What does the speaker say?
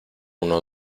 uno